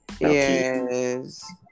Yes